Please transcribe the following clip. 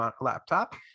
laptop